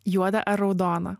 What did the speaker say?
juoda ar raudona